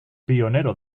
pionero